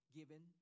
given